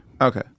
Okay